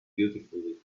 beautifully